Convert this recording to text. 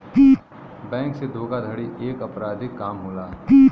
bank से धोखाधड़ी एक अपराधिक काम होला